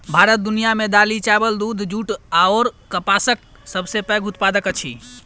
भारत दुनिया मे दालि, चाबल, दूध, जूट अऔर कपासक सबसे पैघ उत्पादक अछि